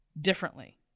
differently